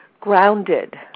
grounded